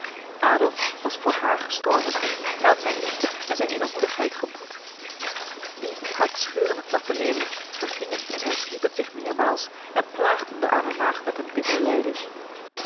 was voor haar gestorven hij had zijn liefde en zijn edelmoedigheid geboet die hartscheurende taferelen vergingen en herschiepen zich meermaals en plaagden de arme maagd met een bitter lijden